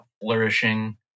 flourishing